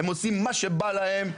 הם עושים מה שבא להם.